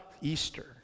Easter